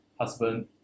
husband